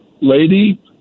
lady